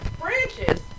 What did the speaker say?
branches